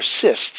persists